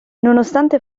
nonostante